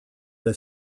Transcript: the